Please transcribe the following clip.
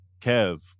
Kev